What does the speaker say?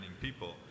people